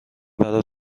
برا